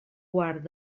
guard